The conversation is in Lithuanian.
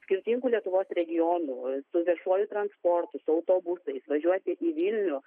skirtingų lietuvos regionų su viešuoju transportu su autobusais važiuoti į vilnių